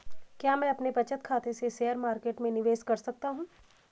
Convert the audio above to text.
क्या मैं अपने बचत खाते से शेयर मार्केट में निवेश कर सकता हूँ?